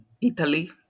Italy